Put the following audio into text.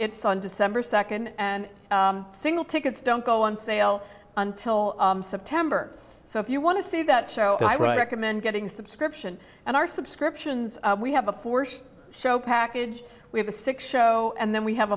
it's on december nd and single tickets don't go on sale until september so if you want to see that show i would recommend getting subscription and our subscriptions we have a forced show package we have a sick show and then we have